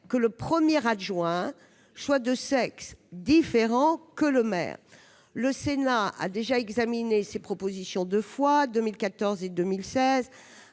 que le premier adjoint soit de sexe différent que le maire. Le Sénat a déjà examiné cette proposition deux fois, en 2014 et 2016,